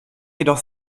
jedoch